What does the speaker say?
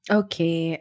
okay